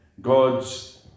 God's